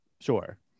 Sure